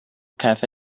cafe